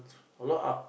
a lot ah